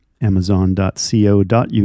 Amazon.co.uk